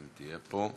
אם היא תהיה פה,